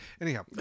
Anyhow